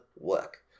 work